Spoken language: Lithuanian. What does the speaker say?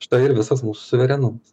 štai ir visas mūsų suverenumas